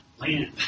land